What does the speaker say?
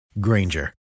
Granger